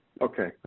Okay